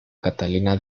catalina